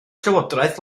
llywodraeth